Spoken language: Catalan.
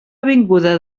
avinguda